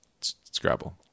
Scrabble